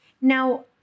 Now